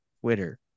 twitter